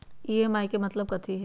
EMI के मतलब कथी होई?